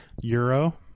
Euro